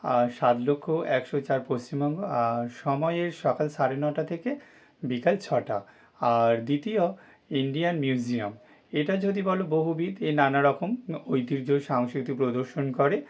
আর সাত লক্ষ একশো চার পশ্চিমবঙ্গ আর সময় এর সকাল সাড়ে নটা থেকে বিকাল ছটা আর দ্বিতীয় ইন্ডিয়ান মিউজিয়াম এটা যদি বল বহুবিধ এ নানা রকম ঐতিহ্য সংস্কৃতি প্রদর্শন করে